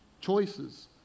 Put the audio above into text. choices